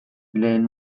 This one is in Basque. lehen